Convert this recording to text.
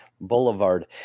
Boulevard